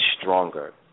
stronger